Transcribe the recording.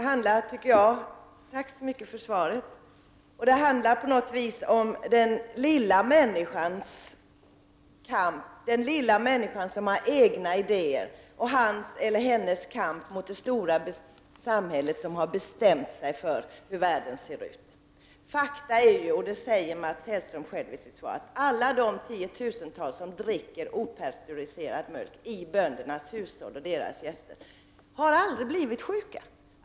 Herr talman! Tack för svaret. Här handlar det på något vis om den lilla människan som har egna idéer och hans eller hennes kamp mot det stora samhället som har bestämt sig för hur världen skall se ut. Faktum är, och det säger Mats Hellström själv i sitt svar, att alla de tiotusentals människor i böndernas hushåll samt deras gäster som dricker opastöriserad mjölk aldrig har blivit sjuka.